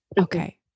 Okay